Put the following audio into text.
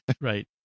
right